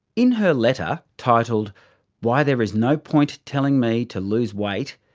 in her letter, titled why there is no point telling me to lose weight,